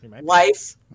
life